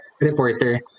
reporter